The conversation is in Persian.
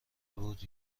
بود